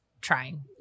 trying